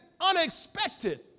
unexpected